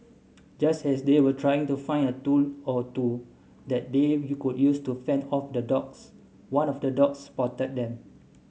just as they were trying to find a tool or two that they could use to fend off the dogs one of the dogs spotted them